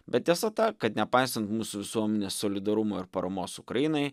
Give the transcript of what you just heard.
bet tiesa ta kad nepaisant mūsų visuomenės solidarumo ir paramos ukrainai